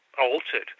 altered